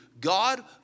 God